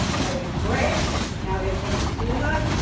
a grant. now, if you do not,